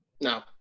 No